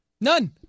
None